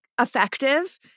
effective